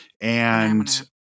And-